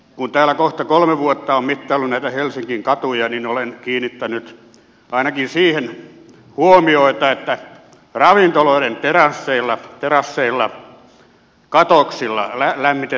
kun täällä kohta kolme vuotta olen mittaillut näitä helsingin katuja niin olen kiinnittänyt ainakin siihen huomiota että ravintoloiden terasseilla katoksilla lämmitetään säteilylämmittimillä ulkoilmaa